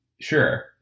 sure